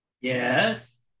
Yes